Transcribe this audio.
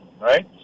Right